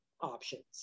options